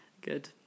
Good